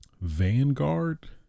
Vanguard